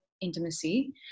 Intimacy